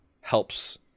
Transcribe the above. helps